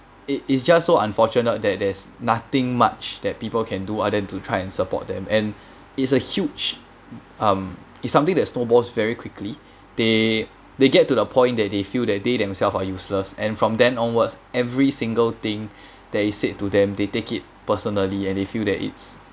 it is just so unfortunate that there's nothing much that people can do other than to try and support them and it's a huge um it's something that snowballs very quickly they they get to the point that they feel that they themselves are useless and from then onwards every single thing that is said to them they take it personally and they feel that it's